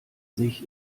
sich